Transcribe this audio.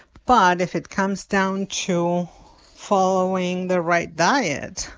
but if it comes down to following the right diet,